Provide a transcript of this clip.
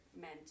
meant